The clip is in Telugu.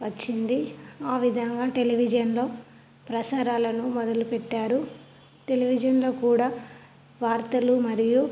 వచ్చింది ఆ విధంగా తెలివిజన్లో ప్రసారాలను మొదలుపెట్టారు టెలివిజన్లో కూడా వార్తలు మరియు